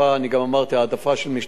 העדפה של משטרת קריית-שמונה,